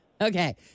Okay